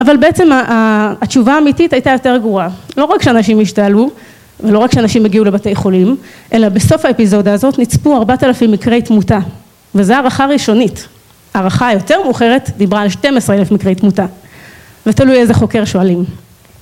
אבל בעצם התשובה האמיתית הייתה יותר גרועה, לא רק שאנשים השתעלו, ולא רק שאנשים מגיעו לבתי חולים, אלא בסוף האפיזודה הזאת נצפו 4,000 מקרי תמותה, וזו הערכה ראשונית, ההערכה היותר מאוחרת, דיברה על 12,000 מקרי תמותה. ותלוי איזה חוקר שואלים.